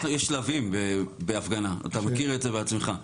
יש שלבים בהפגנה, אתה מכיר את זה בעצמך.